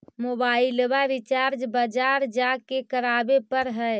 मोबाइलवा रिचार्ज बजार जा के करावे पर है?